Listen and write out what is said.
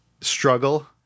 struggle